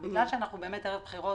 מכיוון שאנחנו ערב בחירות,